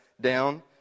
down